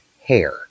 hair